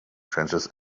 stretches